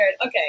Okay